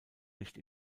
nicht